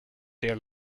their